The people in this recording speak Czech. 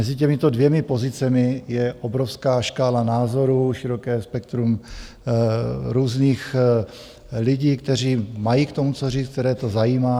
Mezi těmito dvěma pozicemi je obrovská škála názorů, široké spektrum různých lidí, kteří mají k tomu co říct, které to zajímá.